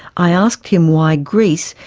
i asked him why greece,